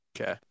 Okay